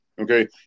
Okay